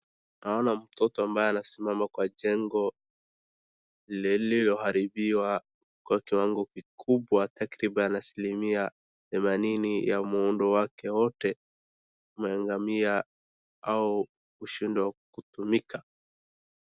Naona mtoto ambaye anasimama kwa jengo lililoharibiwa kwa kiwango kikubwa, takriban asilimia themanini ya muundo wake wote umeangamia au kushindwa kutumika.